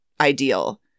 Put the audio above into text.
ideal